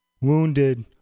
wounded